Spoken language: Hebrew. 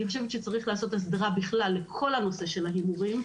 אני חושבת שצריך לעשות הסדרה בכלל לכל נושא ההימורים,